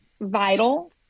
vital